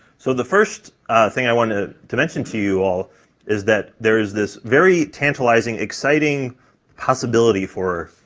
so the first thing i wanted to to mention to you all is that there is this very tantalizing, exciting possibility for,